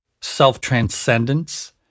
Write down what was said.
self-transcendence